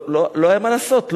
לא היה מה לעשות.